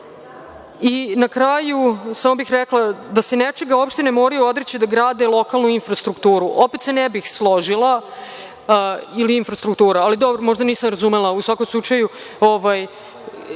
kraju, samo bih rekla da se nečega opštine moraju odreći da grade lokalnu infrastrukturu. Opet se ne bih složila, ali dobro, možda nisam razumela, u svakom slučaju,